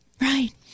Right